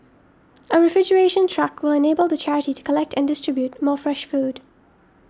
a refrigeration truck will enable the charity to collect and distribute more fresh food